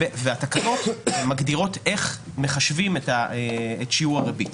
והתקנות מגדירות איך מחשבים את שיעור הריבית.